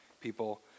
people